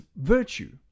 virtue